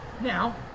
Now